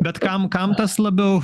bet kam kam tas labiau